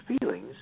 feelings